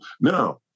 Now